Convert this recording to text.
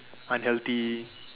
unhealthy